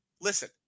listen